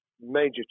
major